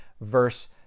verse